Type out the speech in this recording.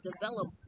developed